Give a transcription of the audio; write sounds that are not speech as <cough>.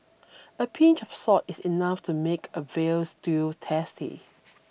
<noise> a pinch of salt is enough to make a Veal Stew tasty